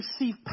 receive